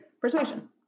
persuasion